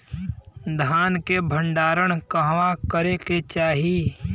धान के भण्डारण कहवा करे के चाही?